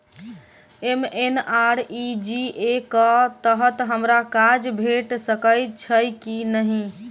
MNREGA कऽ तहत हमरा काज भेट सकय छई की नहि?